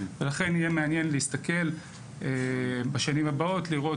לכן יהיה מעניין להסתכל בשנים הבאות ולראות